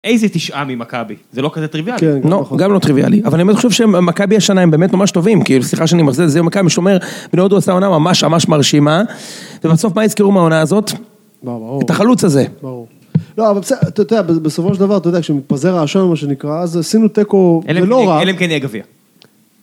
איזה תשעה ממכבי, זה לא כזה טריוויאלי. כן, נכון. גם לא טריוויאלי, אבל אני חושב שמכבי השנה הם באמת ממש טובים, כי סליחה שאני מחזיר את זה, מכבי שומר בנהודו עושה עונה ממש ממש מרשימה, ובסוף מה יזכרו מהעונה הזאת? ברור. את החלוץ הזה. ברור. לא, אבל בסופו של דבר, אתה יודע, כשמתפזר העשן, או מה שנקרא, אז עשינו תיקו לא רע. אלא אם כן יהיה גביע.